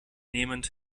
nehmend